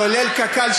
כולל קק"ל,